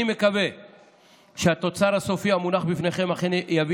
אני מקווה שהתוצר הסופי המונח בפניכם אכן יביא